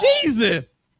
Jesus